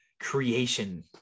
creation